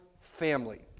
family